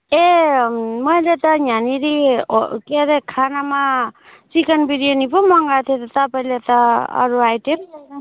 ए मैले त यहाँनेरि के अरे खानामा चिकन बिरियानी पो मगाएको थिएँ त तपाईँले त अरू आइटम छैन